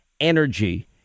energy